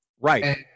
Right